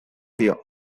dio